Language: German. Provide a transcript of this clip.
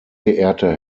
geehrter